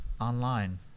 online